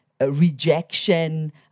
rejection